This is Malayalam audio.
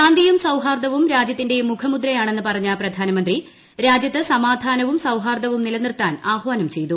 ശാന്തിയും സൌഹാർദവും രാജ്യത്തിന്റെ മുഖമുദ്രയാണെന്ന് പറഞ്ഞ പ്രധാനമന്ത്രി രാജ്യത്ത് സമാധാനവും സൌഹാർദവും നിലനിർത്താൻ ആഹ്വാനം ചെയ്തു